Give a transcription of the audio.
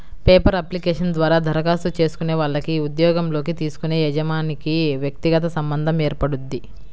paper application ద్వారా దరఖాస్తు చేసుకునే వాళ్లకి ఉద్యోగంలోకి తీసుకునే యజమానికి వ్యక్తిగత సంబంధం ఏర్పడుద్ది